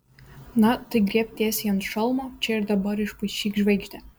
na tai griebk tiesiai ant šalmo čia ir dabar išpaišyk žvaigždę